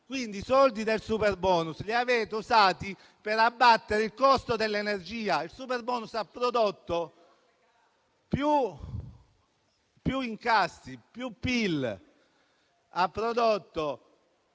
Quindi, i soldi del superbonus li avete usati per abbattere il costo dell'energia. Il superbonus ha prodotto più incassi, più PIL. Ha prodotto